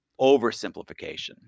oversimplification